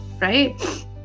right